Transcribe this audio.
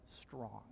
Strong